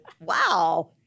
wow